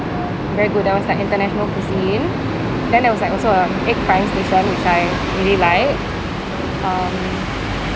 very good there was like international cuisine then there was like also a egg frying station which I really like um